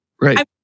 right